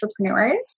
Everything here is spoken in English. entrepreneurs